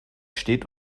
steht